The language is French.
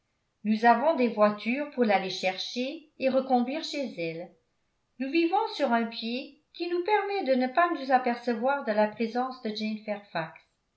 nous avons des voitures pour l'aller chercher et reconduire chez elle et nous vivons sur un pied qui nous permet de ne pas nous apercevoir de la présence de